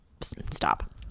stop